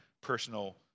personal